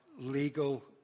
legal